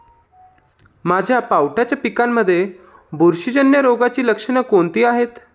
माझ्या पावट्याच्या पिकांमध्ये बुरशीजन्य रोगाची लक्षणे कोणती आहेत?